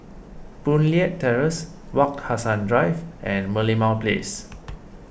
Boon Leat Terrace Wak Hassan Drive and Merlimau Place